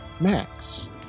max